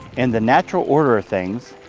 in the natural order of things,